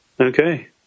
Okay